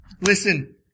Listen